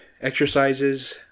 exercises